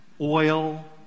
oil